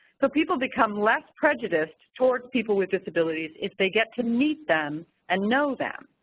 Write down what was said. so, people become less prejudice toward people with disabilities if they get to meet them and know them.